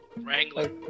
Wrangler